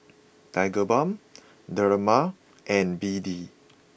Tigerbalm Dermale and B D